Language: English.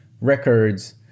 records